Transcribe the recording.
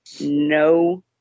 no